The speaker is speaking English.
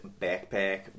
Backpack